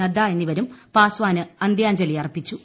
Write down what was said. നദ്ദ എന്നിവരും പാസ്വാന് അന്ത്യാഞ്ജലി അർപ്പിച്ചു